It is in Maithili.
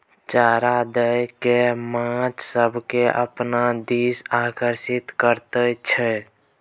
चारा दए कय माछ सभकेँ अपना दिस आकर्षित करैत छै